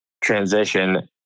transition